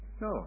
no